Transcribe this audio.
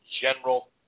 general